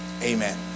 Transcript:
amen